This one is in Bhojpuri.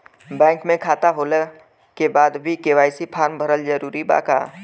बैंक में खाता होला के बाद भी के.वाइ.सी फार्म भरल जरूरी बा का?